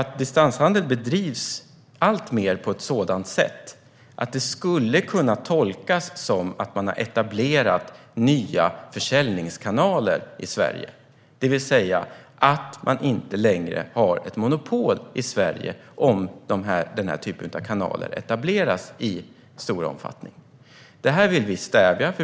Distanshandel bedrivs alltmer på ett sådant sätt att det skulle kunna tolkas som att man har etablerat nya försäljningskanaler i Sverige. Det vill säga att vi inte längre har ett monopol i Sverige om denna typ av kanaler etableras i stor omfattning. Detta vill vi stävja.